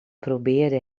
probeerde